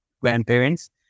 grandparents